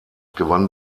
gewann